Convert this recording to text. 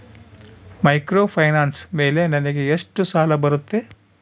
Microfinance ಮೇಲೆ ನನಗೆ ಎಷ್ಟು ಸಾಲ ಬರುತ್ತೆ?